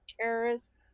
terrorists